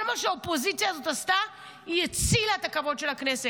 כל מה שהאופוזיציה הזאת עשתה הוא להציל את הכבוד של הכנסת,